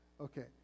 okay